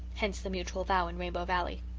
hence the mutual vow in rainbow valley.